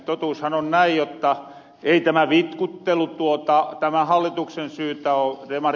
totuushan on näin jotta ei tämä vitkuttelu tämän hallituksen syytä oo